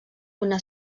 una